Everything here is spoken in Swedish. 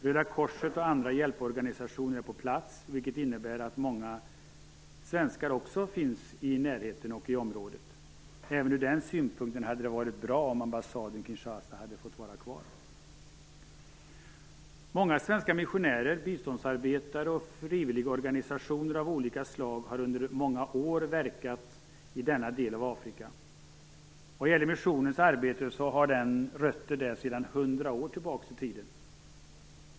Röda korset och andra hjälporganisationer är på plats, vilket innebär att många svenskar också finns i närheten och i området. Även ur den synpunkten hade det varit bra om ambassaden i Kinshasa hade fått vara kvar. Många svenska missionärer, biståndsarbetare och frivilligorganisationer av olika slag har under många år verkat i denna del av Afrika. Missionens arbete har rötter där sedan hundra år tillbaka i tiden.